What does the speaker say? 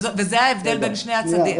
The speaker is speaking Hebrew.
וזה ההבדל בין שני הצדדים.